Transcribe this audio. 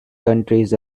countries